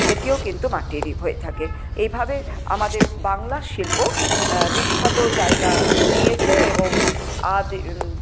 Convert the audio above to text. সেটিও কিন্তু মাটিরই হয়ে থাকে এইভাবে আমাদের বাংলার শিল্প বিখ্যাত জায়গা নিয়েছে এবং আ দি